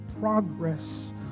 progress